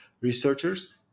researchers